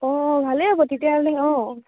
অঁ ভালেই হ'ব তেতিয়াহ'লে অঁ